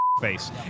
face